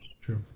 True